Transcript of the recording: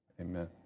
Amen